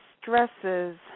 stresses